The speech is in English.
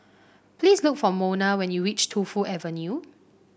please look for Monna when you reach Tu Fu Avenue